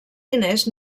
diners